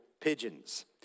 pigeons